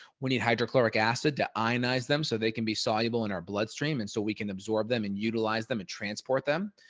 we need hydrochloric acid to ionize them so they can be soluble in our bloodstream and so we can absorb them and utilize them and transport them.